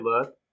look